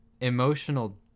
emotional